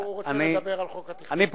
הוא רוצה לדבר על חוק התכנון.